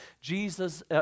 Jesus